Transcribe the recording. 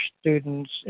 students